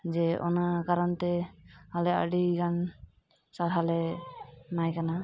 ᱡᱮ ᱚᱱᱟ ᱠᱟᱨᱚᱱᱛᱮ ᱟᱞᱮ ᱟᱹᱰᱤᱜᱟᱱ ᱥᱟᱨᱦᱟᱣᱞᱮ ᱮᱢᱟᱭ ᱠᱟᱱᱟ